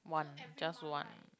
one just one